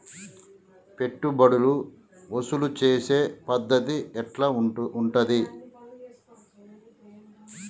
పెట్టుబడులు వసూలు చేసే పద్ధతి ఎట్లా ఉంటది?